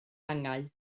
angau